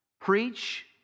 preach